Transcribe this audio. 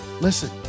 Listen